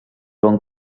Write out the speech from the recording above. bon